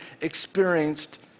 experienced